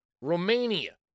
Romania